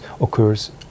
occurs